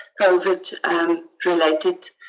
COVID-related